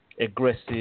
aggressive